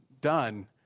done